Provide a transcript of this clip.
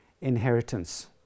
inheritance